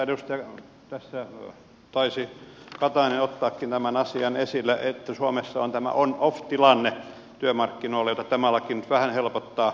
oikeastaan edustaja katainen tässä taisi ottaakin tämän asian esille että suomessa on tämä onoff tilanne työmarkkinoilla jota tämä laki nyt vähän helpottaa